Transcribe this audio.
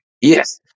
Yes